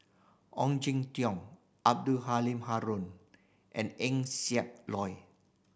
Ong Jin Teong Abdul Halim Haron and Eng Siak Loy